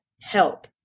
help